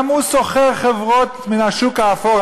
גם הוא שוכר חברות מן השוק האפור,